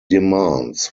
demands